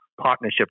partnership